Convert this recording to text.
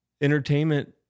entertainment